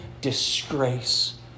disgrace